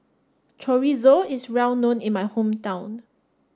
Chorizo is well known in my hometown